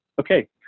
okay